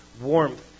warmth